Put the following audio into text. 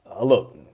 look